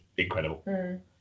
incredible